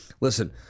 listen